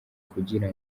kugira